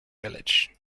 village